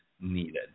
needed